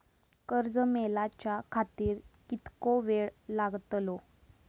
कर्ज मेलाच्या खातिर कीतको वेळ लागतलो?